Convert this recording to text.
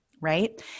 right